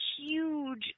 huge